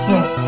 Yes